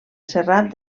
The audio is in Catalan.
serrat